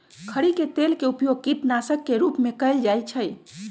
खरी के तेल के उपयोग कीटनाशक के रूप में कएल जाइ छइ